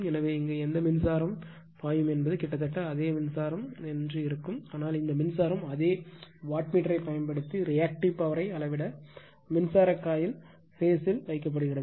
எனவே இங்கு எந்த மின்சாரம் பாயும் என்பது கிட்டத்தட்ட அதே மின்சாரமாக இருக்கும் ஆனால் இந்த மின்சாரம் அதே வாட்மீட்டரைப் பயன்படுத்தி ரியாக்ட்டிவ் பவர்யை அளவிட மின்சார காயில் பேஸ்ல் வைக்கிறது